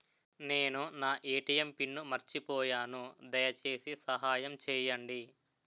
నేను నా ATM pin మర్చిపోయాను, దయచేసి సహాయం చేయండి